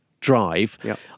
drive